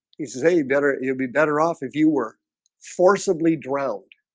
he says any better you'd be better off if you were forcibly drowned